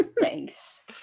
Thanks